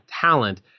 talent